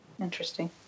Interesting